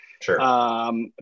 Sure